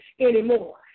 anymore